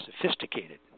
sophisticated